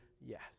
yes